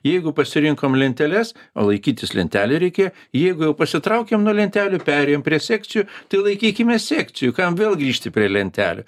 jeigu pasirinkom lenteles o laikytis lentelių reikia jeigu jau pasitraukėm nuo lentelių perėjom prie sekcijų tai laikykimės sekcijų kam vėl grįžti prie lentelių